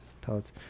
pellets